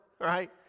right